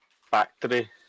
factory